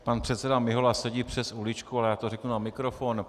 Pan předseda Mihola sedí přes uličku, ale já to řeknu na mikrofon.